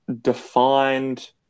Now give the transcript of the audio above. defined